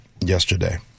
yesterday